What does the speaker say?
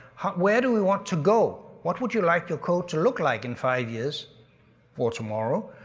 where do we want to go? what would you like your code to look like in five years or tomorrow?